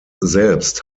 selbst